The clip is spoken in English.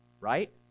right